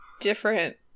different